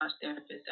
therapist